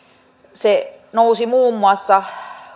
se nousi muun muassa